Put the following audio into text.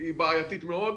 היא בעייתית מאוד,